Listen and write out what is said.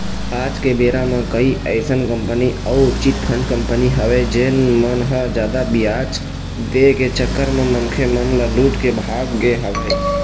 आज के बेरा म कई अइसन कंपनी अउ चिटफंड कंपनी हवय जेन मन ह जादा बियाज दे के चक्कर म मनखे मन ल लूट के भाग गे हवय